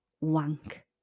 wank